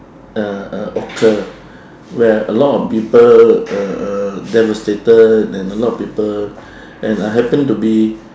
uh uh occur where a lot of people uh uh devastated and a lot of people and I happen to be